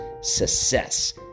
Success